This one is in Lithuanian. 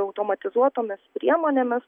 automatizuotomis priemonėmis